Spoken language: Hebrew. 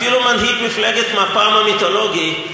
אפילו מנהיג מפלגת מפ"ם המיתולוגי,